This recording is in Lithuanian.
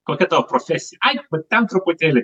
kokia tavo profesija ai ten truputėlį